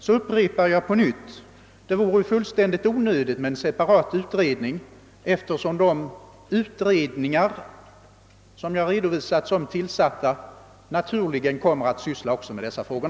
Jag upprepar att det vore fullständigt onödigt med en särskild utredning, eftersom de utredningar som jag redovisat som tillsatta också kommer att syssla med dessa frågor.